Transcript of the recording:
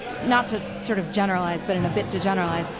and not to sort of generalize, but in a bit to generalize,